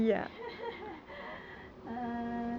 err